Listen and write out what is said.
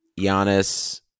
Giannis